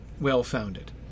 well-founded